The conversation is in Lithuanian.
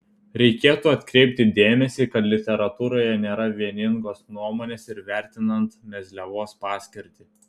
reikėtų atkreipti dėmesį kad literatūroje nėra vieningos nuomonės ir vertinant mezliavos paskirtį